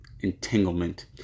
entanglement